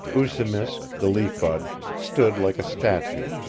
oosimisk, the leaf bud, stood like a statue,